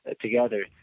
together